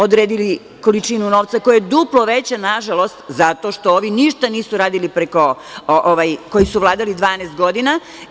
Odredili količinu novca, koja je duplo veća, nažalost, zato što ovi ništa nisu radili koji su vladali 12 godina.